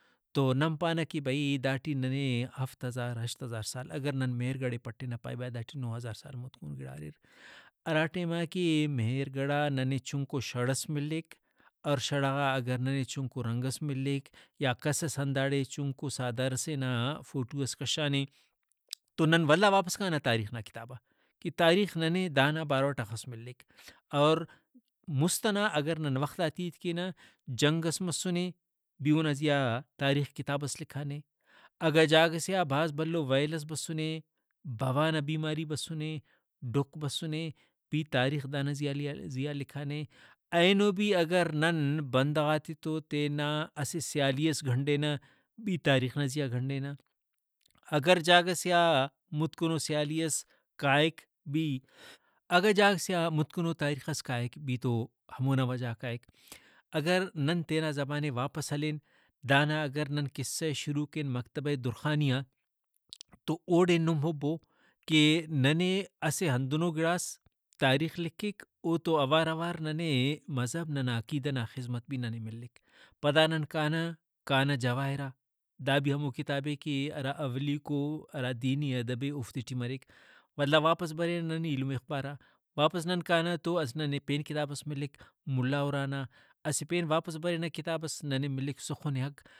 تو نن پانہ کہ بھئی داٹی ننے ہفت ہزار ہشت ہزار سال اگر نن مہر گڑھ پٹنہ پائے با داٹی نہہ ہزار سال مُتکنو گڑا اریر۔ ہراٹائما کہ مہر گڑھ آ ننے چُنکو شڑ ئس ملیک اور شڑہ غا اگر ننے چُنکو رنگ ئس ملیک یا کسس ہنداڑے چُنکو سادار ئسے نا فوٹو ئس کشانے تو نن ولدا واپس کانہ تاریخ نا کتابا کہ تاریخ ننے دا نا باروٹ ہخس ملیک اور مُست ئنا اگر نن وختات ہیت کینہ جنگ مسنے بھی او نا زیہا تاریخ کتابس لکھانے اگہ جاگہ سے آ بھاز بھلو ویل ئس بسنے بوا نا بیماری بسنے ڈکھ بسنے بھی تاریخ دانا زیہا لکھانے اینو بھی اگر نن بندغاتے تو تینا اسہ سیالی ئس گنڈنہ بھی تاریخ نا زیہا گنڈنہ۔ اگر جاگہ سے آ متکنو سیالی ئس کائک بھی اگہ جاگہ سے آ متکنو تاریخ ئس کائک بھی تو ہمو نا وجہ آ کائک۔ اگر نن تینا زبانے واپس ہلین دانا اگر نن قصہ ئے شروع کین مکتبہ درخانی آن تو اوڑے نم ہربو کہ ننے اسہ ہندن گڑاس تاریخ لکھک اوڑتو اوار اوار ننے مذہب ننا عقیدہ نا خذمت بھی ننے ملیک۔ پدا نن کانہ کان جواہر آ دا بھی ہمو کتاب اے ہرا اولیکو ہرا دینی ادب اے اوفتے ٹی مریک ولدا واپس برینہ نن ایلم اخبارا واپس نن کانہ تو اسہ ننے پین کتابس ملیک ملا اُرا نا اسہ پین واپس برینہ کتابس ننے ملیک سُخن حق